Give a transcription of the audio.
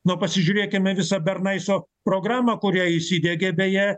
nu pasižiūrėkime visą bernaiso programą kurią jis įdiegė beje